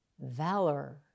valor